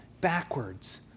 backwards